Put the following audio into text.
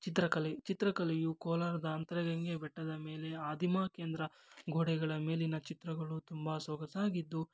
ಚಿತ್ರಕಲೆ ಚಿತ್ರಕಲೆಯು ಕೋಲಾರದ ಅಂತರಗಂಗೆ ಬೆಟ್ಟದ ಮೇಲೆ ಆದಿಮ ಕೇಂದ್ರ ಗೋಡೆಗಳ ಮೇಲಿನ ಚಿತ್ರಗಳು ತುಂಬ ಸೊಗಸಾಗಿದ್ದು